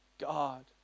God